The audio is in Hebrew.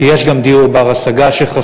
כי יש גם הנושא של דיור בר-השגה שחסר,